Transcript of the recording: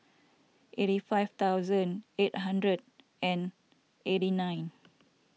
eighty five thousand eight hundred and eighty nine